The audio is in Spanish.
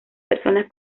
personas